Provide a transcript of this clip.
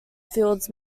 fields